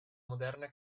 moderna